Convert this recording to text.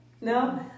No